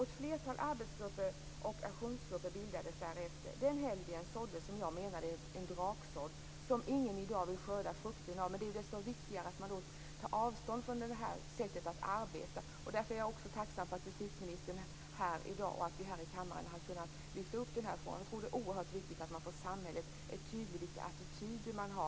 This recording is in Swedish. Ett flertal arbetsgrupper och aktionsgrupper bildades därefter. Den helgen såddes, som jag menar, en draksådd som ingen i dag vill skörda frukterna av. Det är då desto viktigare att man tar avstånd från det här sättet att arbeta. Jag är därför också tacksam för att justitieministern är här i dag och för att vi här i kammaren har kunnat lyfta upp den här frågan. Jag tror att det är oerhört viktigt att man från samhället är tydlig när det gäller de attityder man har.